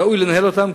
ראוי לנהל אותם,